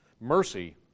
Mercy